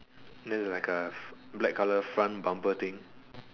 look like a black color front bumper thing